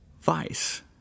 Vice